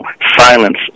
silence